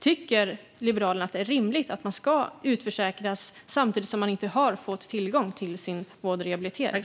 Tycker Liberalerna att det är rimligt att man utförsäkras när man inte har fått tillgång till vård och rehabilitering?